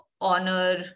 honor